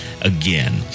again